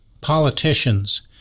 Politicians